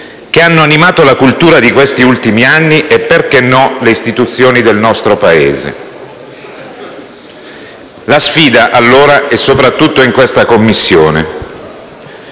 che hanno animato la cultura degli ultimi anni e - perché no - le istituzioni del nostro Paese? La sfida, allora, è soprattutto in questa Commissione.